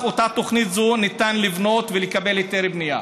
אותה תוכנית ניתן לבנות ולקבל היתר בנייה.